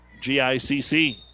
GICC